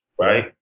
right